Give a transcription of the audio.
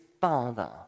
father